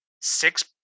six